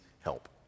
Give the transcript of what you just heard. help